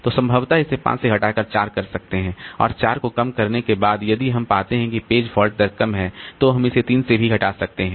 तो संभवतः इसे 5 से घटाकर 4 कर सकते हैं और 4 को कम करने के बाद भी यदि हम पाते हैं कि पेज फॉल्ट दर कम है तो हम इसे 3 से भी घटा सकते हैं